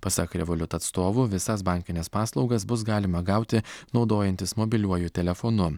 pasak revoliut atstovų visas bankines paslaugas bus galima gauti naudojantis mobiliuoju telefonu